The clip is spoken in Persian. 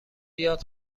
یاد